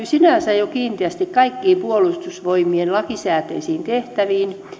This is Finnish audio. sinänsä sisältyy jo kiinteästi kaikkiin puolustusvoimien lakisääteisiin tehtäviin